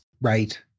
Right